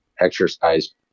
exercise